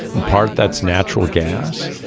in part that's natural gas.